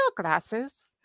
glasses